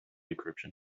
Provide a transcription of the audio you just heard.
decryption